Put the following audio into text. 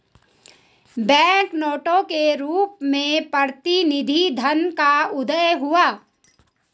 bank नोटों के रूप में प्रतिनिधि धन का उदय हुआ